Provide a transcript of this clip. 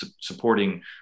supporting